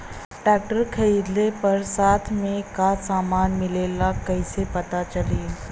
Tractor खरीदले पर साथ में का समान मिलेला कईसे पता चली?